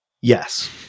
Yes